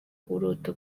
urota